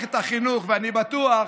מערכת החינוך, ואני בטוח,